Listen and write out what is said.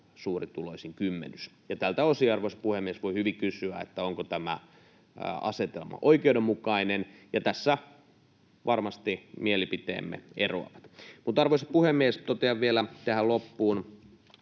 suurituloisin kymmenys. Tältä osin, arvoisa puhemies, voi hyvin kysyä, onko tämä asetelma oikeudenmukainen, ja tässä varmasti mielipiteemme eroavat. Arvoisa puhemies! Totean vielä tähän loppuun